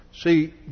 See